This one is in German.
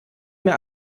mehr